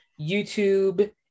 YouTube